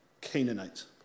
Canaanites